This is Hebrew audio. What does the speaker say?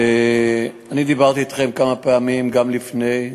אני דיברתי אתכם כמה פעמים, גם לפני,